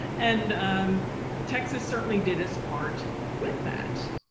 and um texas certainly did its part with that.